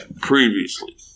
previously